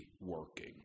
working